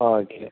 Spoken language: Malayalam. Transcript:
ആ ചെയ്യാം